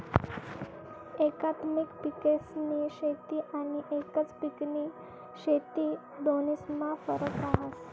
एकात्मिक पिकेस्नी शेती आनी एकच पिकनी शेती दोन्हीस्मा फरक रहास